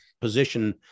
position